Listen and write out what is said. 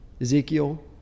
Ezekiel